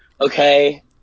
okay